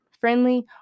friendly